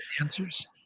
answers